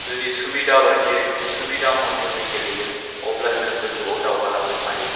जुदि सुबिदा बायदियै सुबिदा मथनै गेलेयो अब्ला जों गोजौआव दावगालांनो हायो